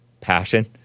passion